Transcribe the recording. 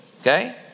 Okay